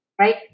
Right